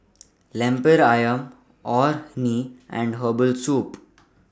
Lemper Ayam Orh Nee and Herbal Soup